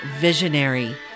visionary